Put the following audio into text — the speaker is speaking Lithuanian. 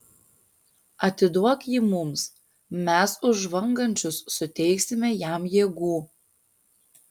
atiduok jį mums mes už žvangančius suteiksime jam jėgų